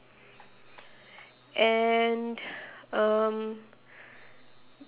and um